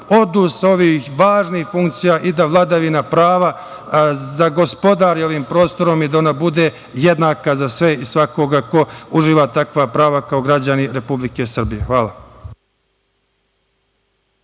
odu sa ovih baznih funkcija i da vladavina prava zagospodari ovim prostorom i da ona bude jednaka za sve i svakoga ko uživa takva prava kao građani Republike Srbije. Hvala.